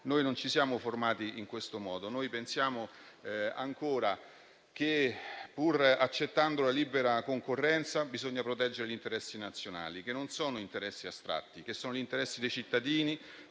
così, non ci siamo formati in questo modo, anzi pensiamo ancora che, pur accettando la libera concorrenza, bisogni proteggere gli interessi nazionali, che non sono astratti, ma sono quelli dei cittadini,